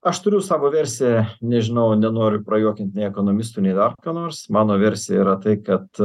aš turiu savo versiją nežinau nenoriu prajuokint nei ekonomistų nei dar ko nors mano versija yra tai kad